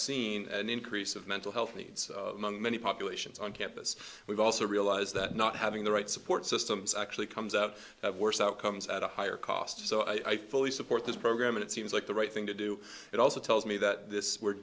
seen an increase of mental health needs many populations on campus we've also realize that not having the right support systems actually comes out of worse outcomes at a higher cost so i fully support this program and it seems like the right thing to do it also tells me that this were